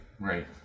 Right